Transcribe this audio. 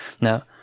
Now